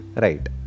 Right